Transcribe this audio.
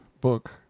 Book